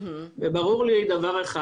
וברור לי דבר אחד.